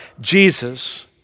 Jesus